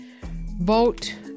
vote